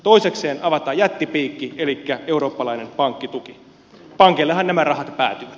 toisekseen avataan jättipiikki elikkä eurooppalainen pankkituki pankeillehan nämä rahat päätyvät